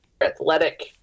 athletic